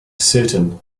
certain